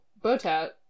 Botat